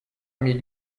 demi